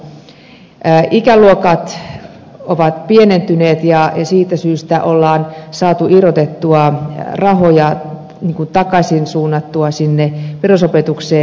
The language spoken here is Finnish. ikäluokat ovat pienentyneet ja siitä syystä on saatu irrotettua rahoja takaisin suunnattua sinne perusopetukseen